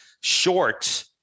short